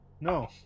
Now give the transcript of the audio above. No